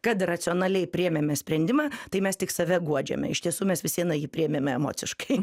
kad racionaliai priėmėme sprendimą tai mes tik save guodžiame iš tiesų mes vis viena jį priėmėme emociškai